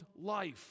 life